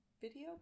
video